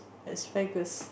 esophagus